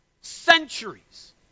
Centuries